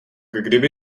kdyby